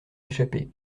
échapper